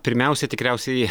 pirmiausia tikriausiai